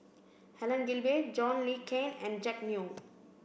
Helen Gilbey John Le Cain and Jack Neo